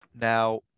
now